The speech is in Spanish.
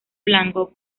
blanco